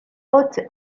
haute